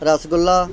rasgulla